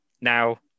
Now